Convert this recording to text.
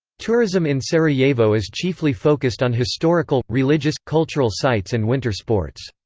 tourism in sarajevo is chiefly focused on historical, religious, cultural sites and winter sports.